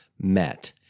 met